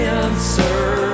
answer